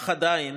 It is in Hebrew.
אך עדיין